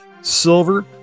silver